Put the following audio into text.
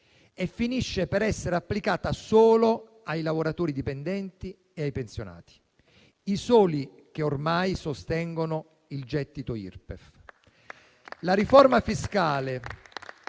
e finisce per essere applicata solo ai lavoratori dipendenti e ai pensionati, i soli che ormai sostengono il gettito Irpef. La riforma fiscale